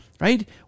right